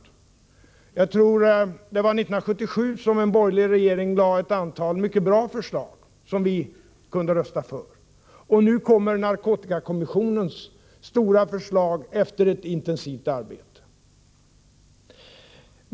Och jag tror att det var 1977 som en borgerlig regering lade fram ett antal mycket bra förslag som vi kunde rösta för. Nu kommer narkotikakommissionens stora förslag, efter ett intensivt arbete.